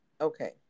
okay